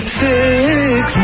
six